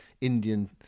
Indian